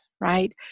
right